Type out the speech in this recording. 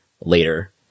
later